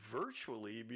virtually